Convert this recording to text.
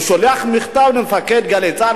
הוא שולח מכתב למפקד "גלי צה"ל",